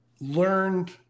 learned